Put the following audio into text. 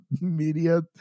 media